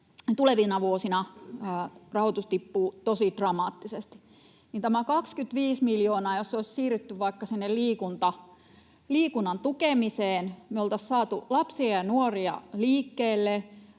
tulevina vuosina rahoitus tippuu tosi dramaattisesti. Jos tämä 25 miljoonaa olisi siirretty vaikka sinne liikunnan tukemiseen, me oltaisiin saatu lapsia ja nuoria liikkeelle,